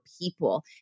people